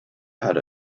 had